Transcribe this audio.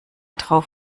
drauf